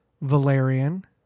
valerian